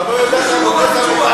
לא חוקתית,